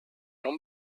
non